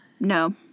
No